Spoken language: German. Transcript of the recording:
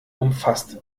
umfasst